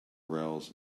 rails